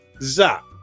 zap